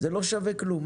זה לא שווה כלום.